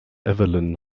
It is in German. evelyn